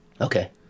Okay